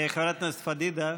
חברת הכנסת פדידה,